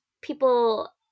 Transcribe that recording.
people